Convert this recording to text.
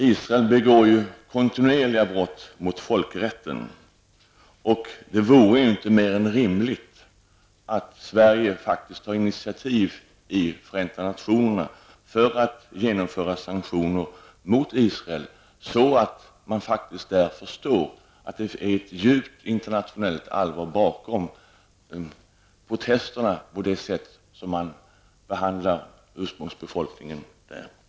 Israel begår ju kontinuerligt brott mot folkrätten, och det vore inte mer än rimligt att Sverige faktiskt tog initiativ i Förenta nationerna för att genomföra sanktioner mot Israel, så att man faktiskt där förstår att det ligger ett djupt internationellt allvar bakom protesterna mot behandlingen av ursprungsbefolkningen på de ockuperade områdena.